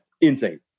insane